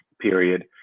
period